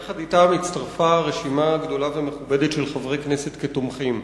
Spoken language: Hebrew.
יחד אתם הצטרפה רשימה גדולה ומכובדת של חברי כנסת כתומכים.